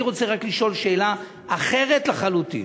אני רק רוצה לשאול שאלה אחרת לחלוטין: